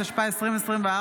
התשפ"ה 2024,